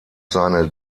seine